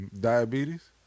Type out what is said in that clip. Diabetes